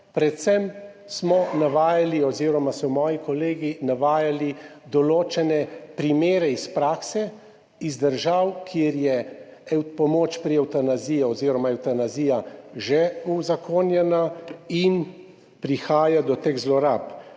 predvsem smo navajali oziroma so moji kolegi navajali določene primere iz prakse, iz držav, kjer je pomoč pri evtanaziji oziroma evtanazija že uzakonjena in prihaja do teh zlorab,